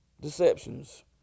deceptions